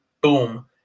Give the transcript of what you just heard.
boom